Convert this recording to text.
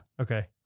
Okay